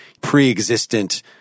pre-existent